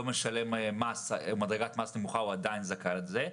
משלם מדרגת מס נמוכה הוא עדיין זכאי לזה,